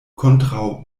kontraŭ